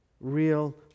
real